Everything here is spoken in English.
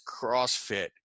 CrossFit